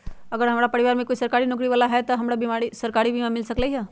अगर हमरा परिवार में कोई सरकारी नौकरी बाला इंसान हई त हमरा सरकारी बीमा मिल सकलई ह?